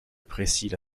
apprécient